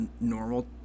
normal